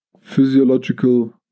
physiological